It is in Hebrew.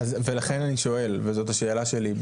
ולכן אני שואל וזאת השאלה שלי,